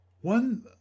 one